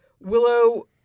Willow